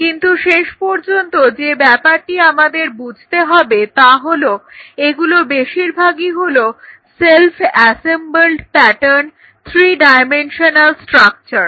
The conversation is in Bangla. কিন্তু শেষ পর্যন্ত যে ব্যাপারটি আমাদের বুঝতে হবে তা হলো এগুলো বেশিরভাগই হলো self assembled pattern three dimensional structure